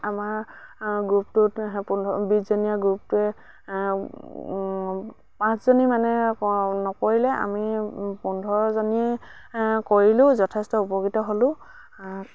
আমাৰ গ্ৰুপটোত পোন্ধৰ বিছজনীয়া গ্ৰুপটোৱে পাঁচজনী মানে নকৰিলে আমি পোন্ধৰজনীয়ে কৰিলোঁ যথেষ্ট উপকৃত হ'লোঁ